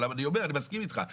אבל אני מסכים איתך.